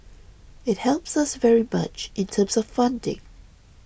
it helps us very much in terms of funding